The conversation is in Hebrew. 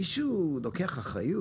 מישהו לוקח אחריות?